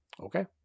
Okay